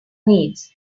needs